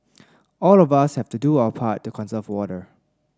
all of us have to do our part to conserve water